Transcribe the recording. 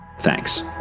Thanks